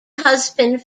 husband